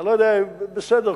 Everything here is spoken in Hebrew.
בסדר,